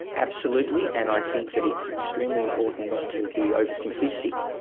absolutely and i think that it's extremely important not to be over simplistic,